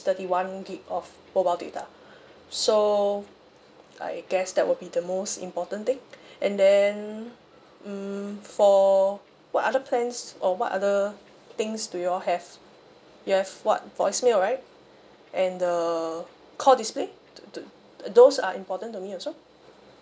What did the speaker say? thirty one gig of mobile data so I guess that would be the most important thing and then mm for what other plans or what other things do you all have you have what voicemail right and err call display to to those are important to me also